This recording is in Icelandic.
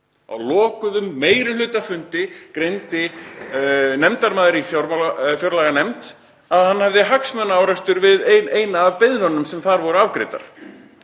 Á lokuðum meirihlutafundi greindi nefndarmaður í fjárlaganefnd frá því að hann hefði hagsmunaárekstur við eina af beiðnunum sem þar voru afgreiddar.